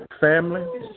Family